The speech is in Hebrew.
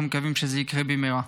אנחנו מקווים שזה יקרה במהרה.